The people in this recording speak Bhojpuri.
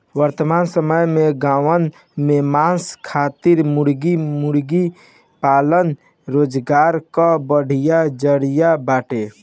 वर्तमान समय में गांवन में मांस खातिर मुर्गी मुर्गा पालन रोजगार कअ बढ़िया जरिया बाटे